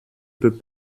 peut